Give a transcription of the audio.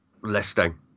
listing